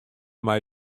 mei